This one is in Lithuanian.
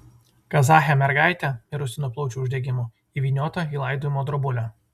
kazachė mergaitė mirusi nuo plaučių uždegimo įvyniota į laidojimo drobulę